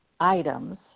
items